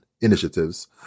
initiatives